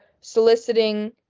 soliciting